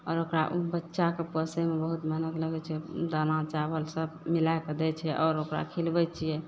आओर ओकरा बच्चाके पोसयमे बहुत मेहनत लगय छै दाना चावल सब मिलायकऽ दै छियै आओर ओकरा खिलबय छियै